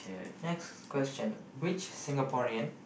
next question which Singaporean